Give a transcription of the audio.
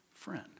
Friend